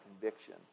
conviction